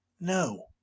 No